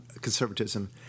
conservatism